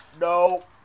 No